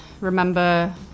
remember